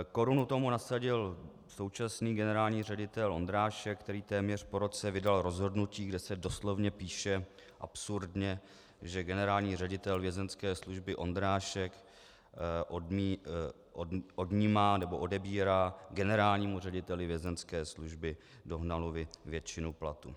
Korunu tomu nasadil současný generální ředitel Ondrášek, který téměř po roce vydal rozhodnutí, kde se doslovně píše, absurdně, že generální ředitel Vězeňské služby Ondrášek odnímá nebo odebírá generálnímu řediteli Vězeňské služby Dohnalovi většinu platu.